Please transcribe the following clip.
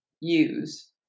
use